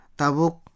tabuk